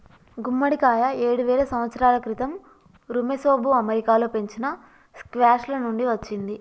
గుమ్మడికాయ ఏడువేల సంవత్సరాల క్రితం ఋమెసోఋ అమెరికాలో పెంచిన స్క్వాష్ల నుండి వచ్చింది